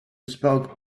spoke